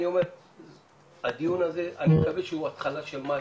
אני אומר שאני מקווה שהדיון הזה הוא התחלה של משהו,